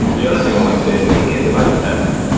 the other thing i want to say is that the antibody tests,